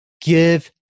give